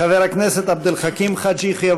חבר הכנסת עבד אל חכים חאג' יחיא,